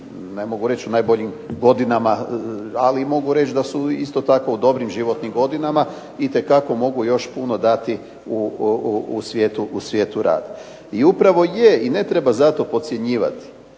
ne mogu reći u najboljim godinama, ali mogu reći da su isto tako u dobrim životnim godinama itekako još mogu puno dati u svijetu rada. I upravo je i ne treba zato podcjenjivati